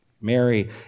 Mary